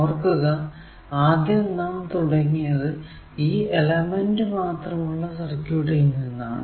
ഓർക്കുക ആദ്യം നാം തുടങ്ങിയത് E എലമെന്റ് മാത്രമുള്ള സർക്യൂട്ടിൽ നിന്നാണ്